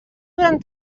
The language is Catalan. durant